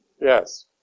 Yes